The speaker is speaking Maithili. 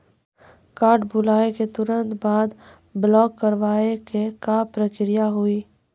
कार्ड भुलाए के तुरंत बाद ब्लॉक करवाए के का प्रक्रिया हुई?